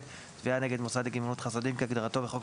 3ד.תביעה נגד מוסד לגמילות חסדים כהגדרתו בחוק